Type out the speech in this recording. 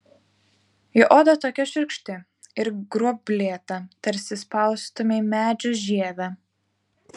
jo oda tokia šiurkšti ir gruoblėta tarsi spaustumei medžio žievę